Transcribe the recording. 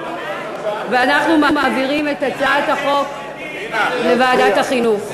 ואנחנו מעבירים את הצעת החוק לוועדת החינוך,